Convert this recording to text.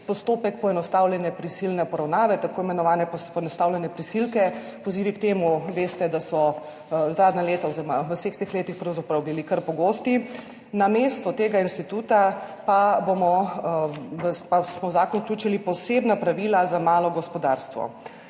postopek poenostavljene prisilne poravnave, tako imenovane poenostavljene prisilke. Pozivi k temu veste, da so zadnja leta oziroma v vseh teh letih bili kar pogosti. Namesto tega instituta pa smo v zakon vključili posebna pravila za malo gospodarstvo.